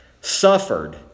suffered